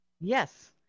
Yes